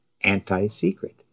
anti-secret